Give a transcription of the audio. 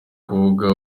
kuvuga